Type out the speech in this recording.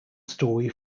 story